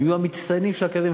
הם יהיו המצטיינים של האקדמיה,